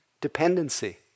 dependency